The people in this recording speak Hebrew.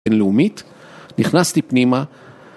בין לאומית, נכנסתי פנימה